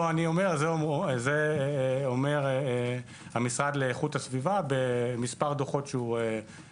אני אומר אלא זה אומר המשרד לאיכות הסביבה במספר דוחות שפרסם.